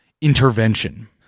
Intervention